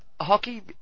hockey